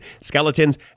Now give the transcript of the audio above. Skeletons